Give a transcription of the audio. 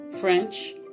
French